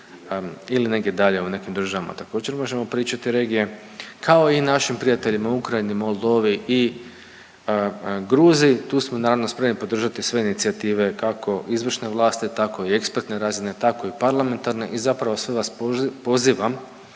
ili negdje dalje u nekim državama također možemo pričati regije, kao i našim prijateljima u Ukrajini, Moldovi i Gruziji. Tu smo naravno spremni podržati sve inicijative kako izvršne vlasti tako i ekspertne razine, tako i parlamentarne i zapravo sve vas pozivam